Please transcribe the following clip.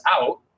out